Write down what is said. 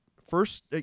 First